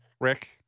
Rick